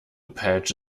patch